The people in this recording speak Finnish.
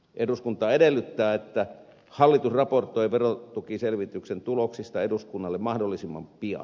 eduskunta edellyttää että hallitus raportoi verotukiselvityksen tuloksista eduskunnalle mahdollisimman pian